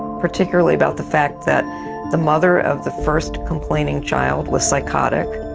particularly about the fact that the mother of the first complaining child was psychotic.